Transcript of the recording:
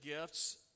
gifts